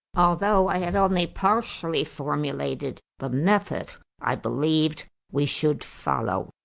although i had only partially formulated the method i believed we should follow.